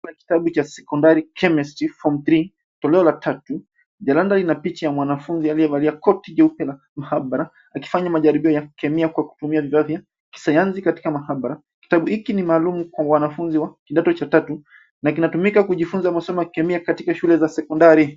Kuna kitabu cha sekondari chemistry form three toleo la tatu. Jalada lina picha ya mwanafunzi aliyevalia koti jeupe na mahabara akifanya majaribio ya kemia kwa kutumia vifaa vya kisayansi katika maabara. Kitabu hiki ni maalumu kwa wanafunzi wa kidato cha tatu na kinatumika kujifunza masomo ya kemia katika shule za sekondari